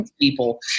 people